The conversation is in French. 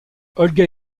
olga